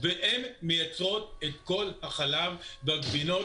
והן מייצרות את כל החלב והגבינות,